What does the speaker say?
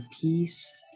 peace